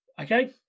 Okay